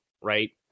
right